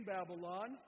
Babylon